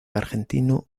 argentino